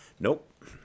Nope